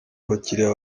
abakiriya